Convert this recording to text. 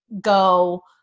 go